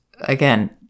again